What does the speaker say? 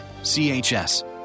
CHS